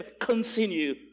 continue